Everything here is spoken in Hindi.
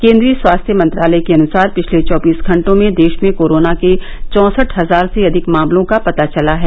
केन्द्रीय स्वास्थ्य मंत्रालय के अनुसार पिछले चौबीस घंटों में देश में कोरोना के चौंसठ हजार से अधिक मामलों का पता चला है